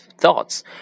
thoughts